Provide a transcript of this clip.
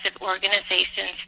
organizations